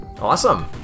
Awesome